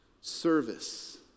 service